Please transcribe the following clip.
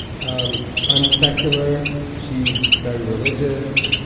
um i'm secular she's very religious.